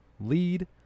lead